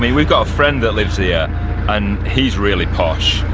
mean, we've got a friend that lives here and he's really posh